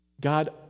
God